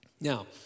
Now